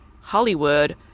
Hollywood